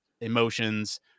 emotions